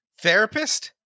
therapist